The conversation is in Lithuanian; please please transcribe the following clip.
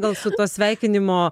gal su tuo sveikinimo